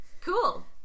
Cool